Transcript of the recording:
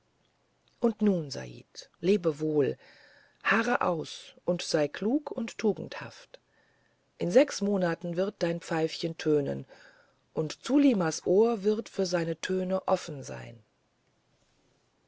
und nun said lebe wohl harre aus und sei klug und tugendhaft in sechs monaten wird dein pfeifchen tönen und zulimas ohr wird für seine töne offen sein